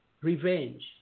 revenge